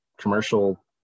commercial